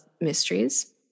mysteries